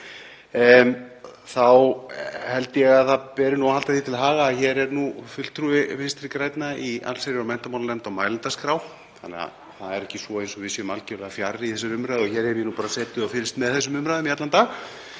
þá held ég að það beri að halda því til haga að hér er nú fulltrúi Vinstri grænna í allsherjar- og menntamálanefnd á mælendaskrá þannig að það er ekki eins og við séum algjörlega fjarri í þessari umræðu og hér hef ég bara setið og fylgst með þessum umræðum í allan dag,